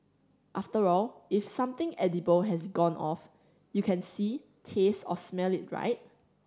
after all if something edible has gone off you can see taste or smell it right